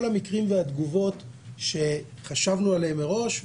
המקרים והתגובות שחשבנו עליהם מראש,